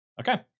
Okay